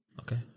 Okay